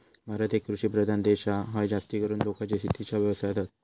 भारत एक कृषि प्रधान देश हा, हय जास्तीकरून लोका शेतीच्या व्यवसायात हत